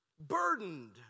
burdened